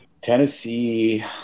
Tennessee